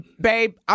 babe